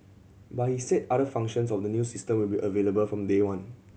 but he said other functions of the new system will be available from day one